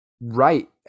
right